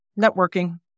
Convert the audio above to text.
networking